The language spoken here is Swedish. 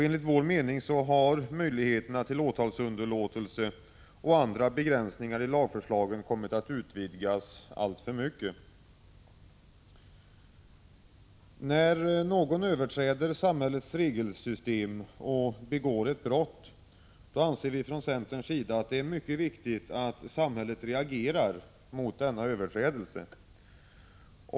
Enligt vår mening har möjligheterna till åtalsunderlåtelse och andra begränsningar kommit att utvidgas alltför mycket i lagförslagen. När någon överträder samhällets regelsystem och begår ett brott, anser vi i centern att det är mycket viktigt att samhället reagerar mot denna överträdel se.